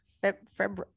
february